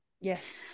Yes